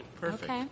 Perfect